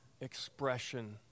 expression